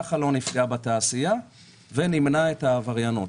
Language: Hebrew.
כך לא נפגע בתעשייה ונמנע עבריינות.